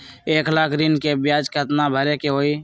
एक लाख ऋन के ब्याज केतना भरे के होई?